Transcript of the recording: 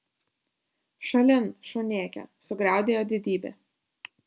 šalin šunėke sugriaudėjo didybė